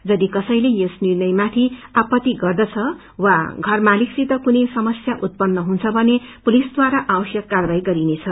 यदि कसैले यस निर्णयमाथि आपत्ति गर्दछ वा घर मालिकसित कुनै समस्या उत्पन्न हुन्छ भने पुलिसद्वारा आवश्यक कार्यवाही गरिनेछ